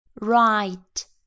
Right